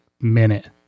Minute